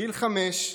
בגיל חמש,